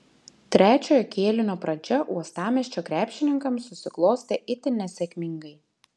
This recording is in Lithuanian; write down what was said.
trečiojo kėlinio pradžia uostamiesčio krepšininkams susiklostė itin nesėkmingai